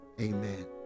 amen